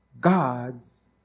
God's